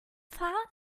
fahren